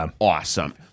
awesome